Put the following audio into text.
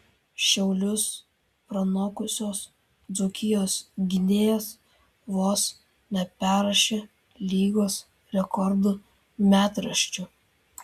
šiaulius pranokusios dzūkijos gynėjas vos neperrašė lygos rekordų metraščių